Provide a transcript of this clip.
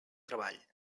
treball